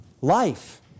life